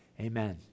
amen